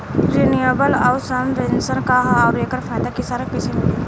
Renewable आउर subvention का ह आउर एकर फायदा किसान के कइसे मिली?